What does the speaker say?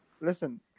Listen